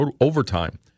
overtime